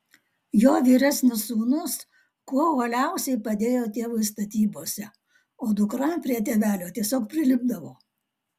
jo vyresnis sūnus kuo uoliausiai padėjo tėvui statybose o dukra prie tėvelio tiesiog prilipdavo